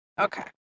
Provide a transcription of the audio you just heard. Okay